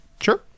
Sure